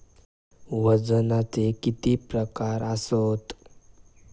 वजनाचे किती प्रकार आसत?